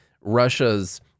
Russia's